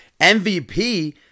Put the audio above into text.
MVP